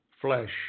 flesh